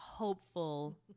Hopeful